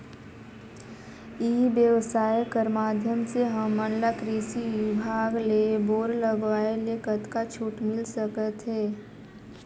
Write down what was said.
ई व्यवसाय कर माध्यम से हमन ला कृषि विभाग ले बोर लगवाए ले कतका छूट मिल सकत हे?